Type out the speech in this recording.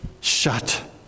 shut